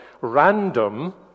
random